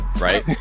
right